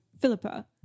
Philippa